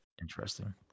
Interesting